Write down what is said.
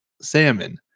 salmon